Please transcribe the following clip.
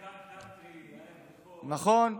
נכון.